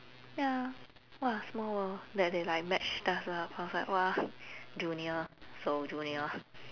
ya !wah! small world that they like matched us up I was like [wah] junior so junior